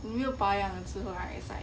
你没有保养了之后 right is like